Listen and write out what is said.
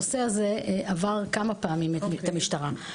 הנושא הזה עבר כמה פעמים את המשטרה.